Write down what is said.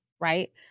Right